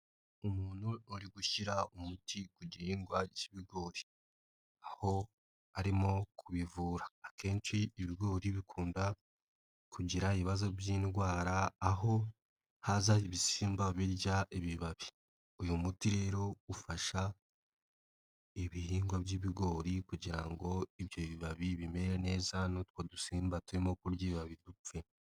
Umuntu uri gushyira umuti ku gihingwa cy'ibigori ,aho arimo kubivura, akenshi ibigori bikunda kugira ibibazo by'indwara aho haza ibisimba birya ibibabi ,uyu muti rero ufasha ibihingwa by'ibigori kugira ngo ibyo bibabi bimere neza ,n'utwo dusimba turimo kurya ibibabi dupfe.